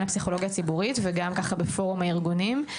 הפסיכולוגיה הציבורית וגם ככה בפורום הארגונים.